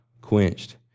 quenched